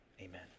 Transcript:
Amen